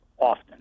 often